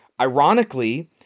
Ironically